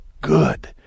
Good